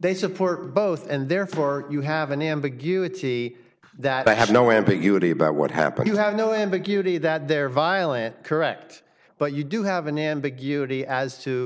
they support both and therefore you have an ambiguity that i have no ambiguity about what happened you have no ambiguity that they're violent correct but you do have an a